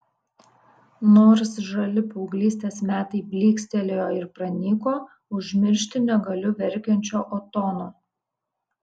nors žali paauglystės metai blykstelėjo ir pranyko užmiršti negaliu verkiančio otono